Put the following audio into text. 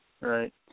right